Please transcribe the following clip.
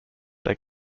they